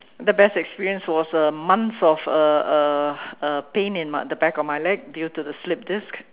the best experience was uh months of uh uh uh pain in my the back of my leg due to the slipped disc